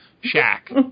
shack